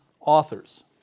authors